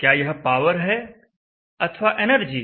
क्या यह पावर है अथवा एनर्जी